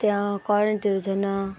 त्यहाँ करेन्टहरू छैन